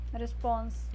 response